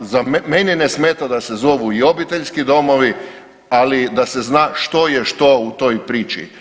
Meni ne smeta da se zovu i obiteljski domovi, ali da se zna što je što u toj priči.